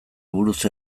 buruz